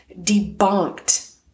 debunked